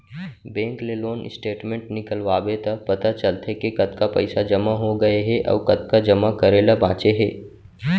bank ले loan statement निकलवाबे त पता चलथे के कतका पइसा जमा हो गए हे अउ कतका जमा करे ल बांचे हे